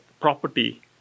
property